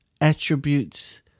attributes